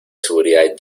seguridad